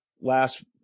last